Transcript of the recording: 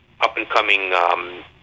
up-and-coming